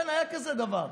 כן, היה כזה דבר.